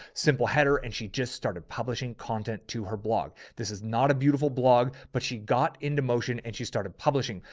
simple header. and she just started publishing content to her blog. this is not a beautiful blog, but she got into motion and she started publishing.